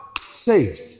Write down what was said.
Saved